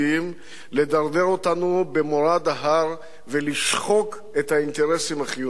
לדרדר אותנו במורד ההר ולשחוק את האינטרסים החיוניים שלנו,